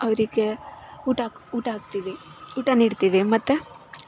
ಅವರಿಗೆ ಊಟ ಊಟ ಹಾಕ್ತೀವಿ ಊಟ ನೀಡ್ತೀವಿ ಮತ್ತು